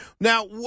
Now